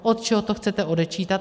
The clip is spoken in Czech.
Od čeho to chcete odečítat?